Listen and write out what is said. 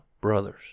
brothers